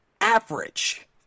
average